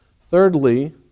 Thirdly